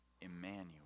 Emmanuel